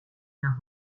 nog